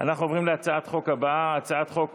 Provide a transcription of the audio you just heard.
עוברים להצעת החוק הבאה, הצעת חוק